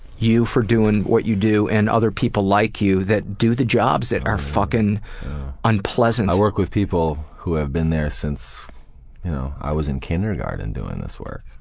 you for doing what you do, and other people like you that do the jobs that are just fucking unpleasant. i work with people who have been there since i was in kindergarten doing this work.